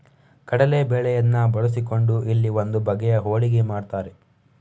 ಕಡಲೇ ಬೇಳೆಯನ್ನ ಬಳಸಿಕೊಂಡು ಇಲ್ಲಿ ಒಂದು ಬಗೆಯ ಹೋಳಿಗೆ ಮಾಡ್ತಾರೆ